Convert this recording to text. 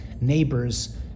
neighbors